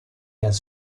has